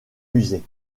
musée